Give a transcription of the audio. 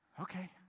Okay